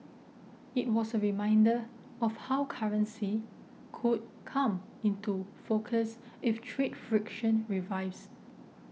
it was a reminder of how currency could come into focus if trade friction revives